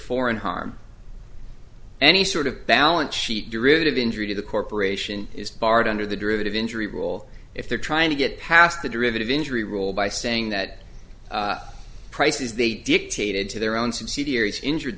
foreign harm any sort of balance sheet derivative injury to the corporation is barred under the derivative injury rule if they're trying to get past the derivative injury rule by saying that prices they dictated to their own subsidiaries injured